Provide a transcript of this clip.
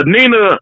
Nina